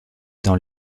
dans